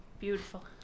Beautiful